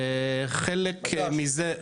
חלק מזה,